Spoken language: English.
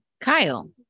Kyle